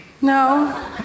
No